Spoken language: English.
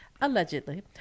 allegedly